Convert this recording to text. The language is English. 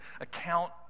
account